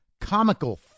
comical